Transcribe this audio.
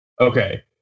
Okay